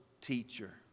teacher